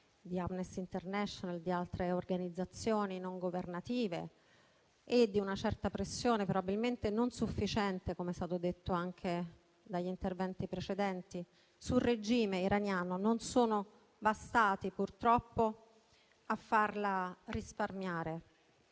di Amnesty International, di altre organizzazioni non governative e nonostante una certa pressione, probabilmente non sufficiente, come è stato detto anche dagli interventi precedenti, sul regime iraniano. Non sono bastati purtroppo a risparmiarle